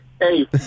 Hey